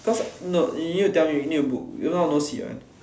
because no you need to tell me you need to book or else no seats one